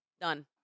done